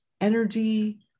energy